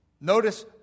Notice